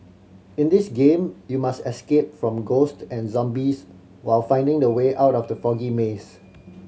in this game you must escape from ghost and zombies while finding the way out of the foggy maze